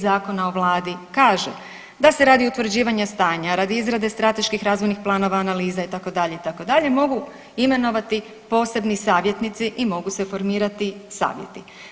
Zakona o Vladi kaže: da se radi o utvrđivanju stanja, radi izrade strateških razvojnih planova, analiza itd., itd., mogu imenovati posebni savjetnici i mogu se formirati savjeti.